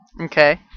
Okay